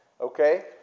Okay